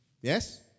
Yes